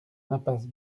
impasse